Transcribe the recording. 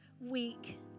week